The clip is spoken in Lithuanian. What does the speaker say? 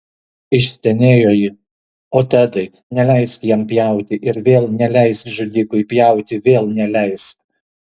išstenėjo ji o tedai neleisk jam pjauti ir vėl neleisk žudikui pjauti vėl neleisk